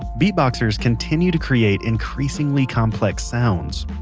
beatboxers continue to create increasingly complex sounds.